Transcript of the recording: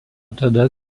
tada